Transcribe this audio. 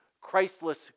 Christless